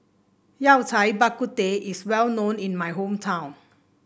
Yao Cai Bak Kut Teh is well known in my hometown